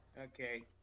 Okay